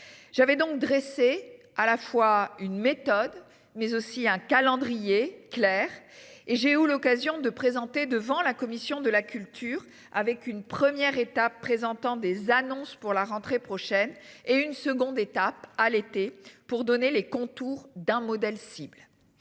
J'avais donc dressé à la fois une méthode mais aussi un calendrier clair et j'ai eu l'occasion de présenter devant la commission de la culture avec une première étape présentant des annonces pour la rentrée prochaine et une seconde étape à l'été pour donner les contours d'un modèle cibles.